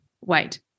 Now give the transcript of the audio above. Wait